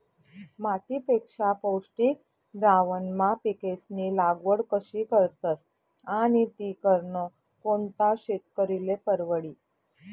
मातीपेक्षा पौष्टिक द्रावणमा पिकेस्नी लागवड कशी करतस आणि ती करनं कोणता शेतकरीले परवडी?